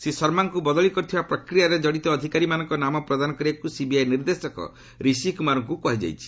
ଶ୍ରୀ ଶର୍ମାଙ୍କୁ ବଦଳି କରିଥିବା ପ୍ରକ୍ରିୟାରେ ଜଡ଼ିତ ଅଧିକାରୀମାନଙ୍କ ନାମ ପ୍ରଦାନ କରିବାକୁ ସିବିଆଇ ନିର୍ଦ୍ଦେଶକ ରିଶି କୁମାରଙ୍କୁ କୁହାଯାଇଛି